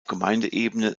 gemeindeebene